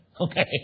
Okay